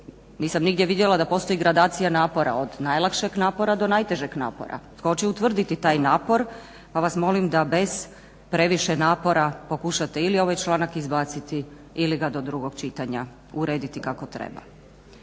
Nisam nigdje vidjela da postoji gradacija napora od najlakšeg napora do najtežeg napora. Tko će utvrditi taj napor, pa vas molim da bez previše napora pokušate ili ovaj članak izbaciti ili ga do drugog čitanja urediti kako treba.